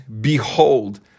behold